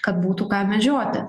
kad būtų ką medžioti